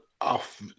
off